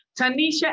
Tanisha